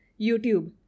YouTube